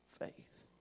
faith